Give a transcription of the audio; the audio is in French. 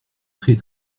très